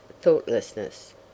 thoughtlessness